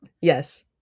Yes